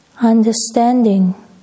understanding